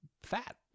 fat